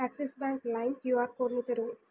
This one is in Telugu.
యాక్సిస్ బ్యాంక్ లైమ్ క్యూఆర్ కోడ్ను తెరువు